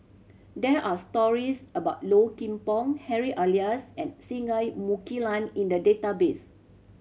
there are stories about Low Kim Pong Harry Elias and Singai Mukilan in the database